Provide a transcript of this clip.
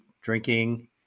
drinking